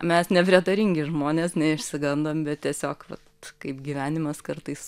mes neprietaringi žmonės neišsigandom bet tiesiog vat kaip gyvenimas kartais